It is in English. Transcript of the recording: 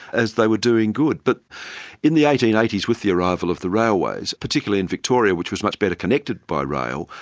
as they were doing good. but in the eighteen eighty s with the arrival of the railways, particularly in victoria, which was much better connected by rail,